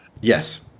Yes